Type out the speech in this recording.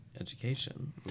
education